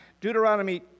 Deuteronomy